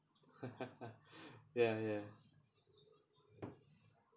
ya ya